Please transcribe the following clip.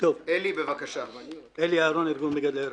אלי אהרון, בבקשה.